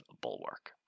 bulwark